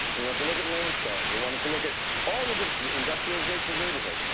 we wanted to look at land scarring. we wanted to look at all the industrialization of neighborhoods.